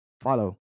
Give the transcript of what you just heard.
Follow